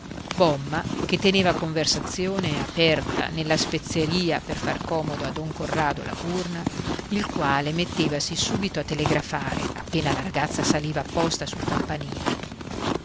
bomma che teneva conversazione aperta nella spezieria per far comodo a don corrado la gurna il quale mettevasi subito a telegrafare appena la ragazza saliva apposta sul campanile